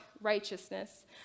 righteousness